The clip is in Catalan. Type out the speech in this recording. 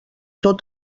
tot